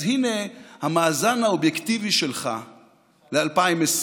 אז הינה המאזן האובייקטיבי שלך ל-2020: